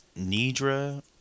Nidra